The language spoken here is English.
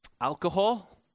Alcohol